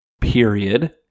period